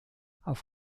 auf